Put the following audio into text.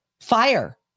fire